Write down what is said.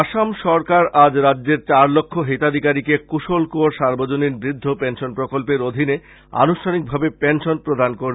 আসাম সরকার রাজ্যের চার লক্ষ হিতাধিকারীকে কুশল কোঁওর সার্বজনীন বৃদ্ধ পেনশন প্রকল্পের অধীনে আনুষ্ঠানিকভাবে পেনশন প্রদান করবে